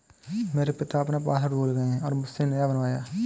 मेरे पिता अपना पासवर्ड भूल गए थे और मुझसे नया बनवाया